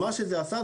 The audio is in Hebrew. מה שזה עשה,